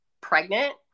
pregnant